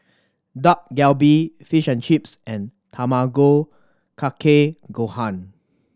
Dak Galbi Fish and Chips and Tamago Kake Gohan